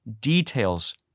details